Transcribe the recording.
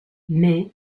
mais